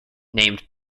named